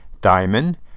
diamond